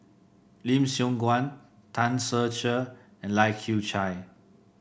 Lim Siong Guan Tan Ser Cher and Lai Kew Chai